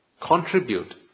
contribute